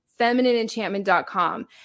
feminineenchantment.com